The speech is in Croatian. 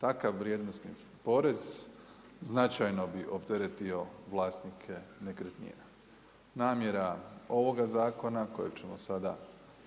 Takav vrijednost, porez, značajno bi opteretio vlasnike nekretnine. Namjera ovoga zakona kojeg ćemo sada